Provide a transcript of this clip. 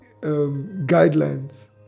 guidelines